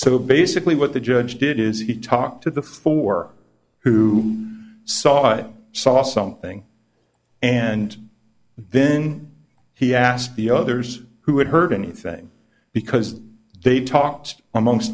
so basically what the judge did is he talked to the four who saw it saw something and then he asked the others who had heard anything because they talked amongst